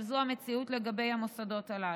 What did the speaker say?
אבל זו המציאות לגבי המוסדות הללו.